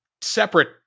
separate